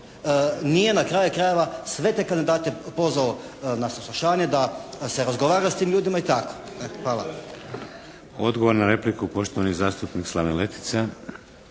nije na kraju krajeva sve te kandidate pozvao na saslušanje da s razgovara s tim ljudima. I tako. Hvala. **Šeks, Vladimir (HDZ)** Odgovor na repliku, poštovani zastupnik Slaven Letica.